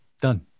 Done